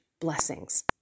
blessings